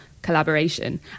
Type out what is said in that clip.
collaboration